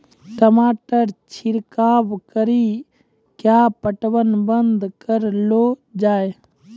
टमाटर छिड़काव कड़ी क्या पटवन बंद करऽ लो जाए?